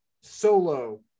solo